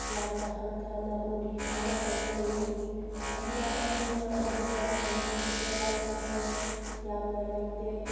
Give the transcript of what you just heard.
ꯌꯥꯝꯅ ꯍꯟꯊꯅ ꯎꯔꯤ ꯍꯥꯏꯅ ꯍꯥꯏꯖꯅꯤꯡꯉꯤ ꯑꯩꯅ ꯑꯩꯈꯣꯏꯅ ꯎꯕꯗ ꯃꯅꯤꯄꯨꯔꯁꯤꯗ ꯂꯥꯏꯌꯦꯡꯁꯪ ꯌꯥꯝꯅ ꯂꯩꯇꯦ